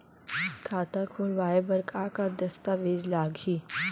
खाता खोलवाय बर का का दस्तावेज लागही?